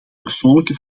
persoonlijke